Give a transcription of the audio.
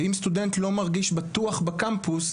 שאם סטודנט לא מרגיש בטוח בקמפוס,